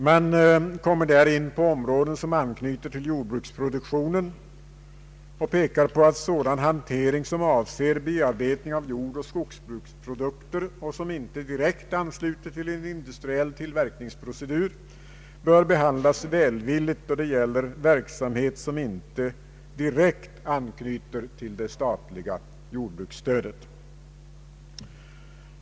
Man kommer där in på områden som anknyter till jordbruksproduktionen och pekar på att sådan hantering som avser bearbetning av jordoch skogsbruksprodukter och som inte direkt ansluter till en industriell utvecklingsprocedur bör behandlas välvilligt, då det gäller verksamhet som inte direkt anknyter till det statliga jordbruksstödet.